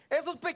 esos